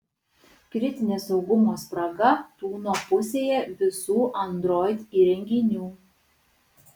kritinė saugumo spraga tūno pusėje visų android įrenginių